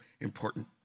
important